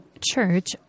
church